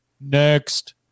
next